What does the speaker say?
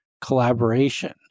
collaboration